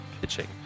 pitching